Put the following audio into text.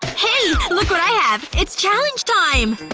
hey! look what i have! it's challenge time!